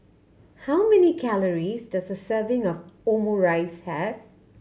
how many calories does a serving of Omurice have